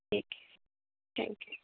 ٹھیک ہے thank you